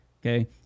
okay